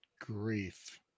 grief